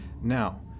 Now